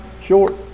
short